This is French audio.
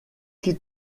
qui